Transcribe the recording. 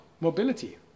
mobility